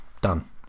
done